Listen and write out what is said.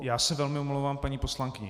Já se velmi omlouvám, paní poslankyně.